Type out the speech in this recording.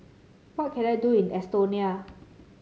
what can I do in Estonia